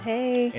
Hey